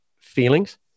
feelings